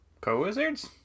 Co-wizards